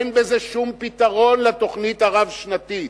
אין בזה שום פתרון לתוכנית הרב-שנתית,